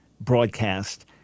broadcast